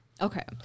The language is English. Okay